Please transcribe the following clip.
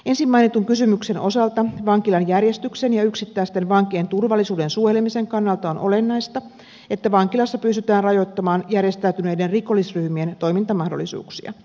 ensin mainitun kysymyksen osalta vankilan järjestyksen ja yksittäisten vankien turvallisuuden suojelemisen kannalta on olennaista että vankilassa pystytään rajoittamaan järjestäytyneiden rikollisryhmien toimintamahdollisuuksia